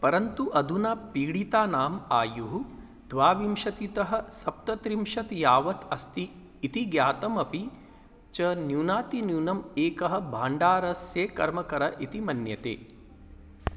परन्तु अधुना पीडितानाम् आयुः द्वाविंशतितः सप्तत्रिंशत् यावत् अस्ति इति ज्ञातम् अपि च न्यूनातिन्यूनम् एकः भाण्डारस्य कर्मकरः इति मन्यते